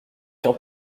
qu’un